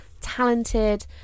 talented